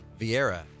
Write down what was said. Vieira